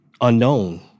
unknown